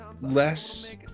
less